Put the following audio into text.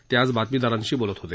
ते आज बातमीदारांशी बोलत होते